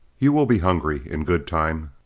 you will be hungry in good time.